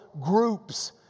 groups